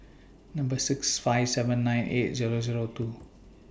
Number six five seven nine eight Zero Zero two